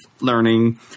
learning